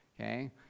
okay